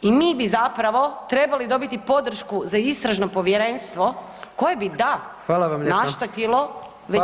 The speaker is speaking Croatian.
I mi bi zapravo trebali dobiti podršku za istražno povjerenstvo koje bi da naštetilo većini.